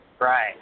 Right